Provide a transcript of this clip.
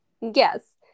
Yes